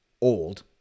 old